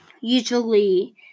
usually